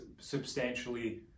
substantially